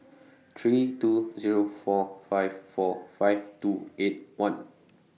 three two Zero four five four five two eight one